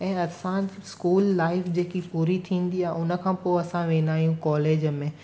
ऐं असां school life जेकी पूरी थींदी आहे उन खां पोइ असां वेंदा आहियूं कॉलेज में